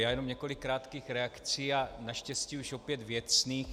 Já jen několik krátkých reakcí a naštěstí už opět věcných.